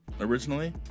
originally